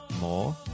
more